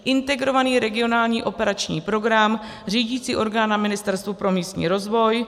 Integrovaný regionální operační program, řídicí orgán na Ministerstvu pro místní rozvoj;